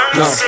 no